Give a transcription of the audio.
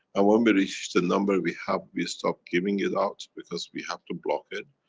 um um we reach the number we have, we stop giving it out, because we have to block it,